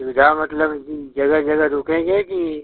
सुविधा मतलब कि जगह जगह रुकेंगे कि